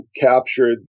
captured